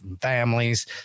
families